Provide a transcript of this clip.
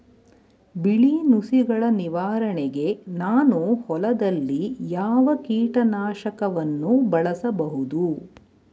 ಬಿಳಿ ನುಸಿಗಳ ನಿವಾರಣೆಗೆ ನಾನು ಹೊಲದಲ್ಲಿ ಯಾವ ಕೀಟ ನಾಶಕವನ್ನು ಬಳಸಬಹುದು?